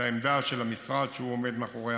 לעמדה של המשרד שעומד מאחורי